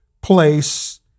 place